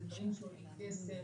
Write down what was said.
אלה דברים שעולים כסף.